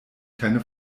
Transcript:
keine